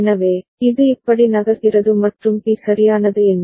எனவே இது இப்படி நகர்கிறது மற்றும் பி சரியானது என்ன